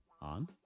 On